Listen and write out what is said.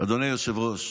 אדוני היושב-ראש,